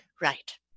Right